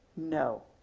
no.